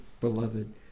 beloved